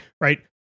right